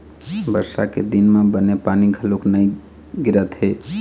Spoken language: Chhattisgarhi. बरसा के दिन म बने पानी घलोक नइ गिरत हे